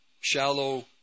shallow